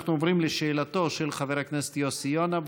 אנחנו עוברים לשאלתו של חבר הכנסת יוסי יונה.